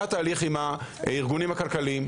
עם הארגונים הכלכליים.